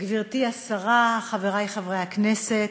גברתי השרה, חבריי חברי הכנסת,